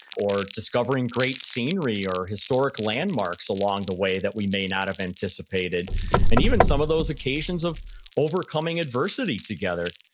or discovering great scenery, or historic landmarks along the way that we may not have anticipated and even some of those occasions of overcoming adversity together,